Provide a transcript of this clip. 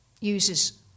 uses